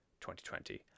2020